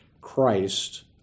Christ